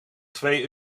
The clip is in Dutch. twee